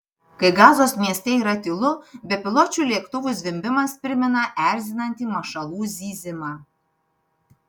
kai gazos mieste yra tylu bepiločių lėktuvų zvimbimas primena erzinantį mašalų zyzimą